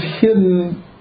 hidden